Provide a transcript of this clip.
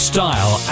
Style